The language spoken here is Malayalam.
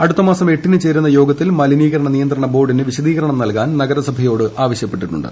അടുത്തമാസം എട്ടിന് ചേരുന്ന യോഗത്തിൽ മലിനീകരണ നിയന്ത്രണ ബോർഡിന് വിശദീകരണം നൽകാൻ നഗരസഭയോട് ആവശ്യപ്പെട്ടിട്ടുണ്ട്